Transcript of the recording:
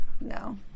No